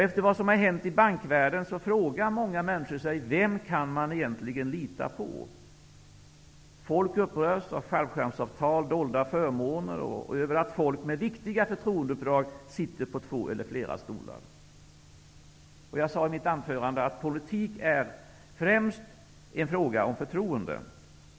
Efter vad som har hänt i bankvärlden frågar många människor sig vem man egentligen kan lita på. Folk upprörs av fallskärmsavtal och dolda förmåner och över att personer med viktiga förtroendeuppdrag sitter på två eller flera stolar. Jag sade i mitt anförande att politik främst är en fråga om förtroende.